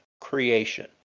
creation